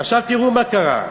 עכשיו תראו מה קרה,